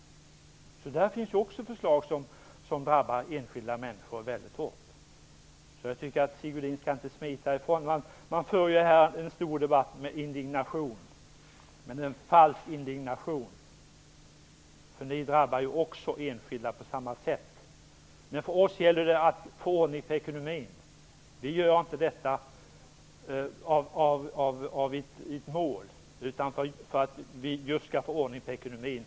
Där har vi ytterligare ett förslag som drabbar enskilda människor väldigt hårt. Sigge Godin skall inte smita ifrån här. Debatten förs med stor indignation, men det är en falsk indignation. Ni drabbar ju enskilda på samma sätt. För oss gäller det att få ordning på ekonomin. Vi gör inte som vi gör därför att det är ett mål, utan vi gör det just för att få ordning på ekonomin.